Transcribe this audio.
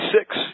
six